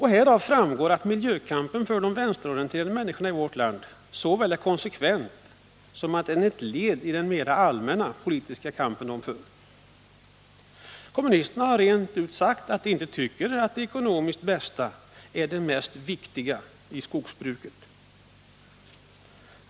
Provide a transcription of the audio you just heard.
Härav framgår att miljökampen för de vänsterorienterade människorna i vårt land är såväl konsekvent som ett led i den allmänna politiska kampen. Kommunisterna har sagt rent ut att de inte tycker att det ekonomiskt bästa är det viktigaste i skogsbruket.